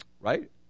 Right